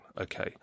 Okay